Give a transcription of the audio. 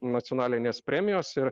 nacionalinės premijos ir